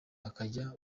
bakajya